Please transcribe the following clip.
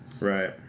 right